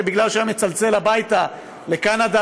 שבגלל שהיה מצלצל הביתה לקנדה,